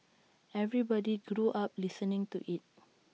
everybody grew up listening to IT